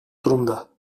durumda